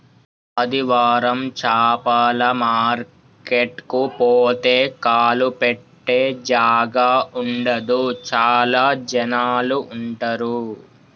ఆదివారం చాపల మార్కెట్ కు పోతే కాలు పెట్టె జాగా ఉండదు చాల జనాలు ఉంటరు